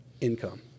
income